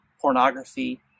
pornography